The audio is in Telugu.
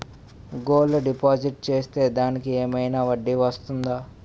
గోల్డ్ డిపాజిట్ చేస్తే దానికి ఏమైనా వడ్డీ వస్తుందా?